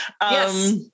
Yes